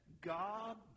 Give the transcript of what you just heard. God